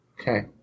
Okay